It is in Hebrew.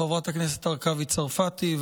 חברת הכנסת הרכבי צרפתי,